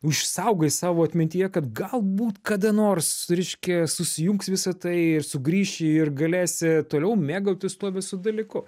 išsaugai savo atmintyje kad galbūt kada nors reiškia susijungs visa tai ir sugrįši ir galėsi toliau mėgautis tuo visu dalyku